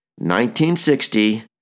1960